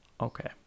okay